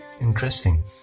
Interesting